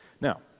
Now